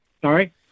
Sorry